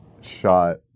shot